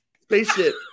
Spaceship